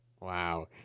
Wow